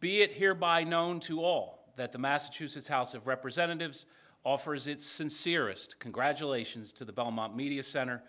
be it hereby known to all that the massachusetts house of representatives offers its sincere asst congratulations to the belmont media center